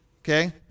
okay